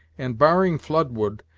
and, barring flood-wood,